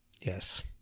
Yes